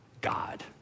God